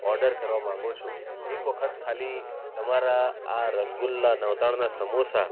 order કરવા માગું છું એક વખત ખાલી તમારા આ રસગુલ્લા નવતાડનાં સમોસા